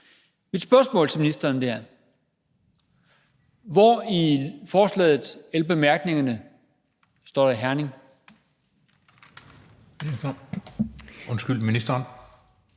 Mit spørgsmål til ministeren er: Hvor i forslaget eller bemærkningerne står der Herning? Kl. 17:35 Den